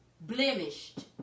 Blemished